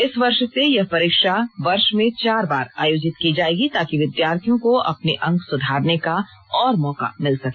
इस वर्ष से यह परीक्षा वर्ष में चार बार आयोजित की जायेगी ताकि विद्यार्थियों को अपने अंक सुधारने का और मौका मिल सके